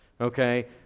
Okay